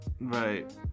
Right